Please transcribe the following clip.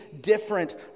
different